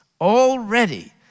already